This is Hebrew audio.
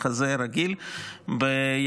מחזה רגיל בימינו,